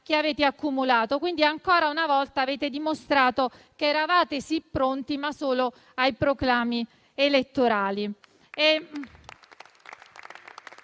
che avete accumulato. Ancora una volta avete dimostrato che eravate sì pronti, ma solo ai proclami elettorali.